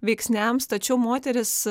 veiksniams tačiau moterys